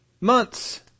Months